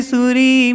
Suri